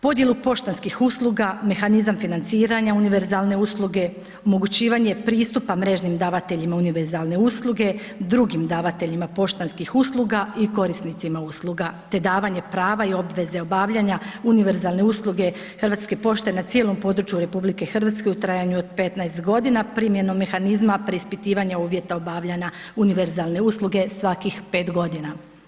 Podjelu poštanskih usluga, mehanizam financiranja univerzalne usluge, omogućivanje pristupa mrežnim davateljima univerzalne usluge drugim davateljima poštanskih usluga i korisnicima usluga te davanje prava i obveze obavljanja univerzalne usluge Hrvatske pošte na cijelom području RH u trajanju od 15 godina, primjenom mehanizma preispitivanje uvjeta obavljanja univerzalne usluge svakih pet godina.